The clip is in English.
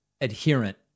adherent